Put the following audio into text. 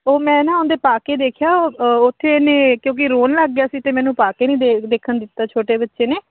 ਉਹ ਮੈਂ ਨਾ ਉਹਦੇ ਪਾ ਕੇ ਦੇਖਿਆ ਉੱਥੇ ਉਹਨੇ ਕਿਉਂਕਿ ਰੋਣ ਲੱਗ ਗਿਆ ਸੀ ਅਤੇ ਮੈਨੂੰ ਪਾ ਕੇ ਨਹੀਂ ਦੇਖ ਦੇਖਣ ਦਿੱਤਾ ਛੋਟੇ ਬੱਚੇ ਨੇ